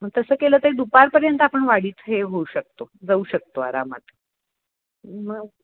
मग तसं केलं तर दुपारपर्यंत आपण वाडीत हे होऊ शकतो जाऊ शकतो आरामात मग